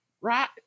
right